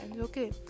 Okay